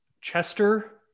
Chester